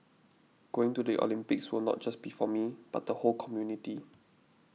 going to the Olympics will not just be for me but the whole community